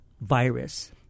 virus